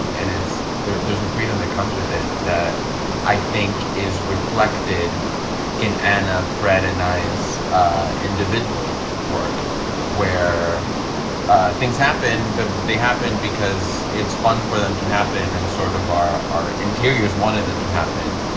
and it's there's there's a freedom that comes with it that i think is reflected in. and fred and i as ah individual work where ah things happen, but they happen because it's fun for them to happen and sort of our our interior is one of the to happen